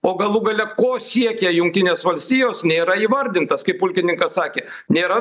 o galų gale ko siekia jungtinės valstijos nėra įvardintas kaip pulkininkas sakė nėra